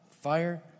Fire